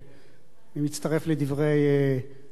אני מצטרף לדברי עמיתי.